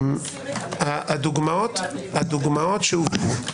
הדוגמאות שהובאו,